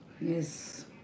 Yes